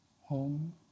home